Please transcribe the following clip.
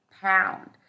pound